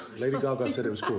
lady gaga said it was cool.